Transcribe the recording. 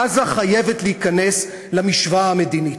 עזה חייבת להיכנס למשוואה המדינית.